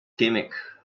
gimmick